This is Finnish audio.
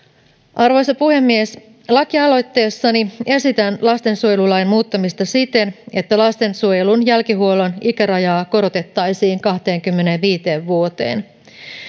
arvoisa puhemies lakialoitteessani esitän lastensuojelulain muuttamista siten että lastensuojelun jälkihuollon ikärajaa korotettaisiin kahteenkymmeneenviiteen vuoteen